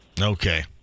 Okay